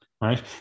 right